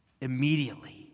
immediately